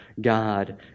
God